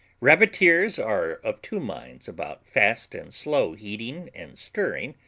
rabbiteers are of two minds about fast and slow heating and stirring,